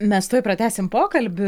mes tuoj pratęsim pokalbį